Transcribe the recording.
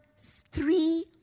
three